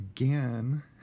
again